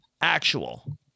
actual